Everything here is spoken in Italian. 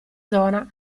zona